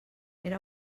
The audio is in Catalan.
era